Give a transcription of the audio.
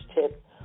tip